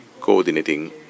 coordinating